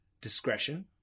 Discretion